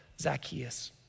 Zacchaeus